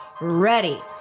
ready